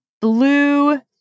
blue